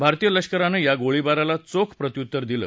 भारतीय लष्करानं या गोळबाराला चोख प्रत्युत्तर दिलं